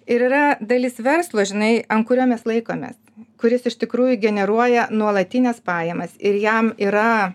ir yra dalis verslo žinai ant kurio mes laikomės kuris iš tikrųjų generuoja nuolatines pajamas ir jam yra